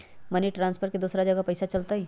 Money transfer से दूसरा जगह पईसा चलतई?